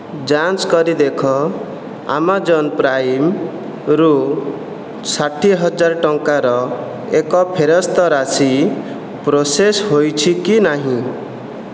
ଯାଞ୍ଚ କରି ଦେଖ ଆମାଜନ୍ ପ୍ରାଇମ୍ରୁ ଷାଠିଏ ହଜାର ଟଙ୍କାର ଏକ ଫେରସ୍ତ ରାଶି ପ୍ରୋସେସ୍ ହୋଇଛି କି ନାହିଁ